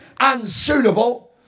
unsuitable